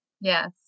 Yes